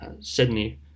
Sydney